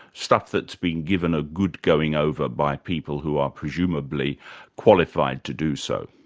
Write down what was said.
stuff that's been given a good going over by people who are presumably qualified to do so.